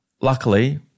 Luckily